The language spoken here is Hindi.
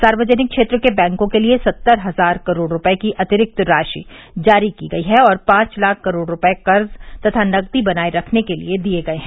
सार्वजनिक क्षेत्र के बैंकों के लिए सत्तर हजार करोड़ रुपये की अतिरिक्त राशि जारी की गई है और पांच लाख करोड़ रुपये कर्ज तथा नकदी बनाए रखने के लिए दिए गए हैं